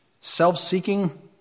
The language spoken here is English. self-seeking